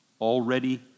already